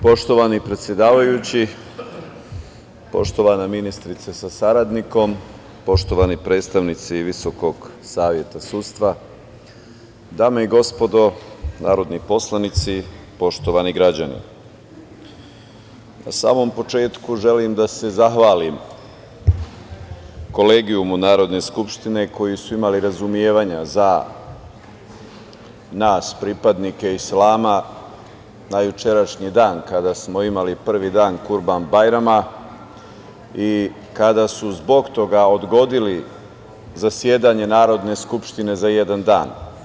Poštovani predsedavajući, poštovana ministrice sa saradnikom, poštovani predstavnici Visokog saveta sudstva, dame i gospodo narodni poslanici, poštovani građani, na samom početku želim da se zahvalim Kolegijumu Narodne skupštine, koji su imali razumevanja za nas, pripadnike Islama, na jučerašnji dan, kada smo imali prvi dan Kurban-bajrama i kada su zbog toga odgodili zasedanje Narodne skupštine za jedan dan.